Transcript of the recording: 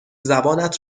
زبانت